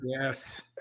Yes